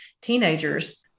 teenagers